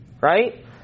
right